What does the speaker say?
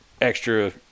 extra